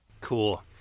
Cool